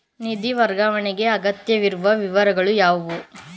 ನಿಧಿ ವರ್ಗಾವಣೆಗೆ ಅಗತ್ಯವಿರುವ ವಿವರಗಳು ಯಾವುವು?